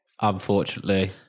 Unfortunately